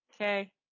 Okay